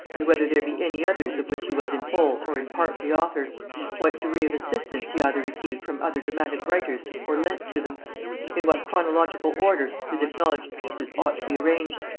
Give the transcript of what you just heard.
and whether there be any others of which he was in whole or in part the author what degree of assistance he either received from other dramatic writers or lent to them in what chronological order his acknowledged pieces ought to be arranged,